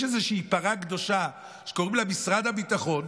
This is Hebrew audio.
יש איזושהי פרה קדושה שקוראים לה משרד הביטחון,